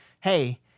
Hey